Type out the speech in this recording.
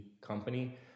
company